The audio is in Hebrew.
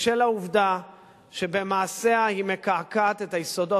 בשל העובדה שבמעשיה היא מקעקעת את היסודות